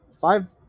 five